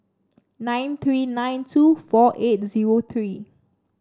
nine three nine two four eight zero three